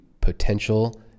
potential